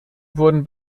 wurden